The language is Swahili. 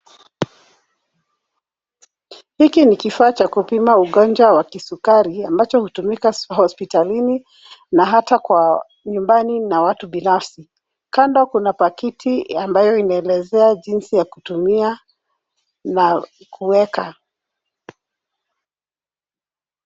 Hiki ni kifaa cha kupima ugonjwa wa kisukari ambacho hutumika hospitalini na hata kwa nyumbani na watu binafsi. Kando kuna pakiti ambayo inaelezea jinsi ya kutumia na kuweka.